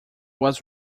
was